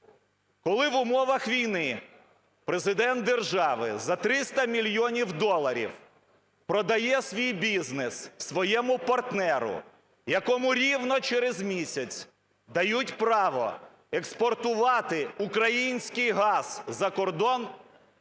Коли в умовах війни Президент держави за 300 мільйонів доларів продає свій бізнес своєму партнеру, якому рівно через місяць дають право експортувати український газ за кордон